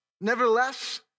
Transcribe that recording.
Nevertheless